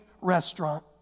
restaurant